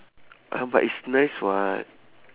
ah but it's nice [what]